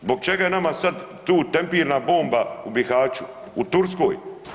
Zbog čega je nama sad tu tempirna bomba u Bihaću, u Turskoj?